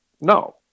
No